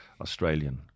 Australian